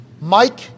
mike